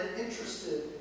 Interested